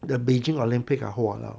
the beijing olympic ah !walao!